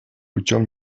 путем